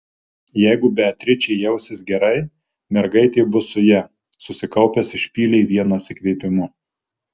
jeigu beatričė jausis gerai mergaitės bus su ja susikaupęs išpylė vienu atsikvėpimu